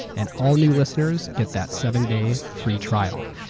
and all new listeners get that seven day free trial.